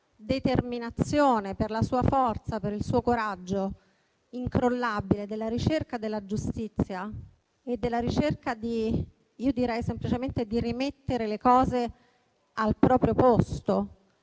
la sua determinazione, per la sua forza e per il suo coraggio incrollabile nella ricerca della giustizia e nella ricerca semplicemente di rimettere le cose al proprio posto,